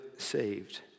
saved